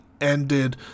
ended